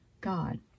god